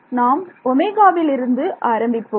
நாம் ஒமேகாவில் இருந்து ஆரம்பிப்போம்